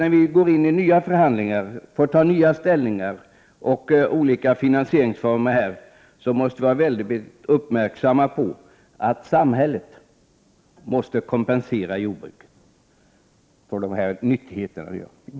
När vi nu går in i nya förhandlingar och får göra nya ställningstaganden, bl.a. beträffande finansieringsformer, måste vi vara väldigt uppmärksamma på att det är nödvändigt att samhället kompenserar jordbruket för dessa nyttigheter.